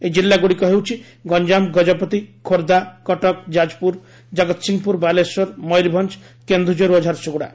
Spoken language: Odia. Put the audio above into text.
ଏହି ଜିଲ୍ଲାଗୁଡ଼ିକ ହେଉଛି ଗଞ୍ଜାମ ଗଜପତି ଖୋର୍ଦ୍ଧା କଟକ ଯାଜପୁର କଗତ୍ସିଂହପୁର ବାଲେଶ୍ୱର ମୟରଭଞ୍ଜ କେନ୍ଦୁଝର ଓ ଝାରସ୍ୱଗ୍ରଡ଼ା